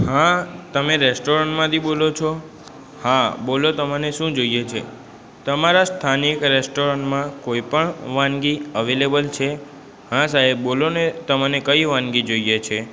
હા તમે રેસ્ટોરન્ટમાંથી બોલો છો હા બોલો તમને શું જોઈએ છે તમારા સ્થાનિક રેસ્ટોરન્ટમાં કોઈ પણ વાનગી અવેઈલેબલ છે હા સાહેબ બોલોને તમને કઈ વાનગી જોઈએ છે